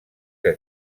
que